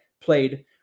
Played